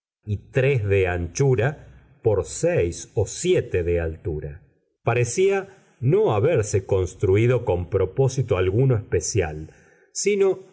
tres de anchura por seis o siete de altura parecía no haberse construído con propósito alguno especial sino